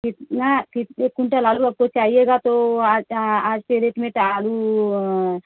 कितना कित एक कुंटल आलू आपको चाहियेगा तो आज आज के डेट में आलू